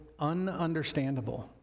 ununderstandable